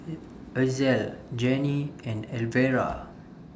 Ezell Janie and Elvera